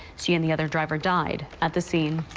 she and the other driver died at the scene.